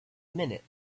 minute